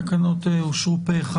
התקנות אושרו פה אחד.